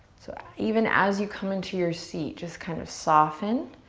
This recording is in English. so even as you come into your seat, just kind of soften.